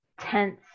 tense